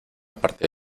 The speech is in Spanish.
parte